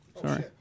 Sorry